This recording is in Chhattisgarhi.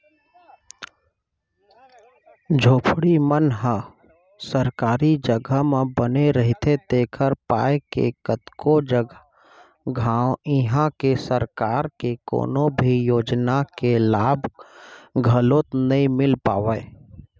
झोपड़ी मन ह सरकारी जघा म बने रहिथे तेखर पाय के कतको घांव इहां के सरकार के कोनो भी योजना के लाभ घलोक नइ मिल पावय